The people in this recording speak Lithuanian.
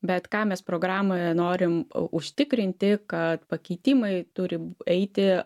bet ką mes programoje norim užtikrinti kad pakeitimai turi eiti